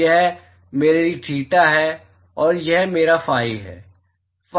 तो यह मेरी थीटा है और यह मेरी फाई है